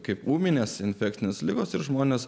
kaip ūminės infekcinės ligos ir žmonės